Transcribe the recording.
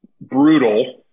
brutal